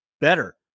better